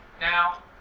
Now